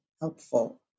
helpful